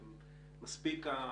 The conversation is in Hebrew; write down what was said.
הוא היה במכון הביופיזי.